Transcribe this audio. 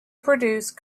produce